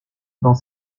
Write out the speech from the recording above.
dans